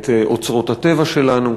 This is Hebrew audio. את אוצרות הטבע שלנו.